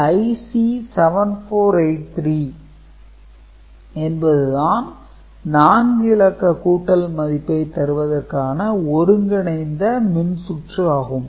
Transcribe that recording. இந்த IC 7483 என்பது தான் 4 இலக்க கூட்டல் மதிப்பை தருவதற்கான ஒருங்கிணைந்த மின்சுற்று ஆகும்